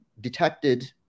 detected